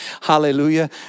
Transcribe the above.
Hallelujah